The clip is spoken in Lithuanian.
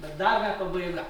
bet dar ne pabaiga